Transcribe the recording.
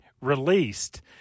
released